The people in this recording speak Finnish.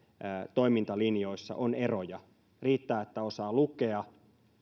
toimintalinjoissa on eroja riittää että osaa lukea